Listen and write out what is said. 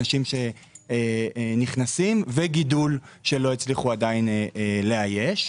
אנשים שנכנסים וגידול שלא הצליחו עדיין לאייש.